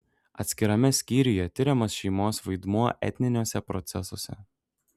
atskirame skyriuje tiriamas šeimos vaidmuo etniniuose procesuose